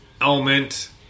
element